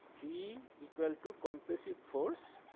t equal to compressive force